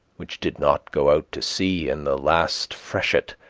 which did not go out to sea in the last freshet,